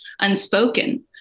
unspoken